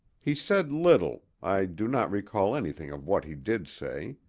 he said little i do not recall anything of what he did say.